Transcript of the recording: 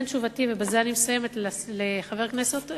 לכן, תשובתי לחבר הכנסת אורלב,